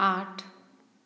आठ